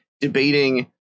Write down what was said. debating